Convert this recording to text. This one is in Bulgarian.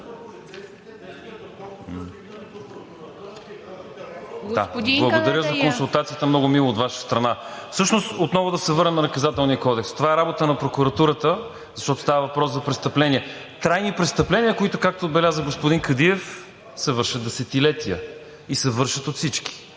Благодаря за консултацията, много мило от Ваша страна. Всъщност отново да се върнем на Наказателния кодекс. Това е работа на прокуратурата, защото става въпрос за престъпления. Трайни престъпления, които, както отбеляза господин Кадиев, се вършат десетилетия и се вършат от всички.